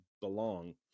belong